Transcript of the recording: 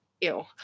Ew